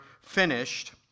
finished